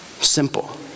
Simple